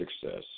success